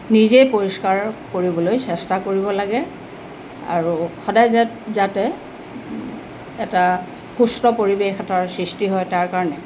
নিজেই পৰিষ্কাৰ কৰিবলৈ চেষ্টা কৰিব লাগে আৰু সদায় যা যাতে এটা সুস্থ পৰিৱেশ এটাৰ সৃষ্টি হয় তাৰ কাৰণে